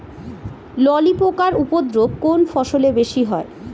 ললি পোকার উপদ্রব কোন ফসলে বেশি হয়?